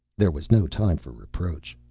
there was no time for reproach.